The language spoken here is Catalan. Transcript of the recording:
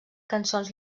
cançons